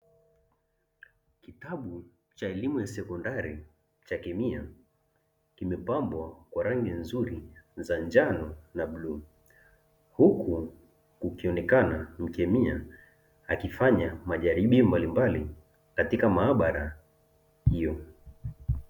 Kitabu cha elimu ya sekondari cha kemia kimepambwa kwa rangi nzuri za njano na bluu, huku kukionekana mkemia akifanya majaribio mbalimbali katika maabara hiyo.